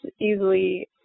easily